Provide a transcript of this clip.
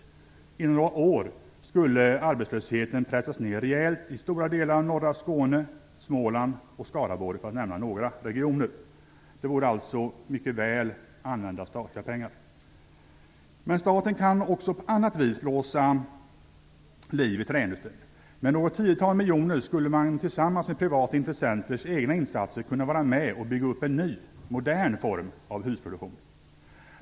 Inom några år skulle arbetslösheten pressas ned rejält i stora delar av norra Skåne, Småland och Skaraborg för att nämna några regioner. Det vore alltså mycket väl använda statliga pengar. Men staten kan också på annat vis blåsa liv i träindustrin. Med något tiotal miljoner kronor skulle man tillsammans med privata intressenters egna insatser kunna vara med och bygga upp en ny, modern form av husproduktion.